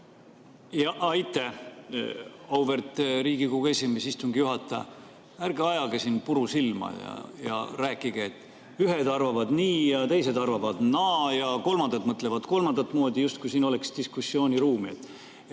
Aitäh, auväärt Riigikogu esimees, istungi juhataja! Ärge ajage siin puru silma ja ärge rääkige, et ühed arvavad nii ja teised arvavad naa ja kolmandad mõtlevad kolmandat moodi – justkui siin oleks diskussiooniruumi.